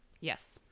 Yes